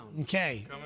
Okay